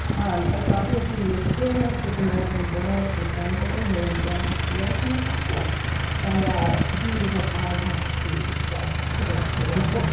um and so after a few years of doing this, this american journalist and translator named dan pepia came across it and he was like, i have to spread this to the rest of the world.